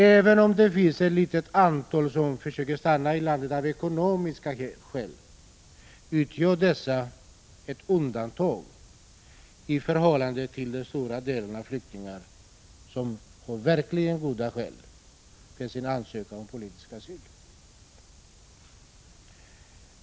Även om det är ett litet antal som försöker stanna i landet av ekonomiska skäl, utgör dessa ett undantag i förhållande till den stora andelen av flyktingar som på verkligt goda grunder ansöker om politisk asyl.